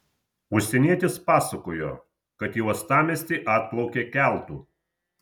užsienietis pasakojo kad į uostamiestį atplaukė keltu